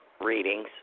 readings